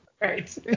Right